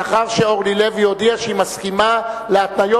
לאחר שאורלי לוי הסכימה שהיא מסכימה להתניות